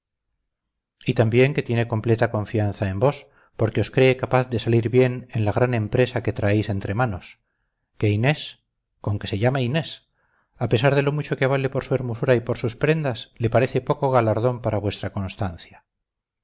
y también que tiene completa confianza en vos porque os cree capaz de salir bien en la gran empresa que traéis entre manos que inés con que se llama inés a pesar de lo mucho que vale por su hermosura y por sus prendas le parece poco galardón para vuestra constancia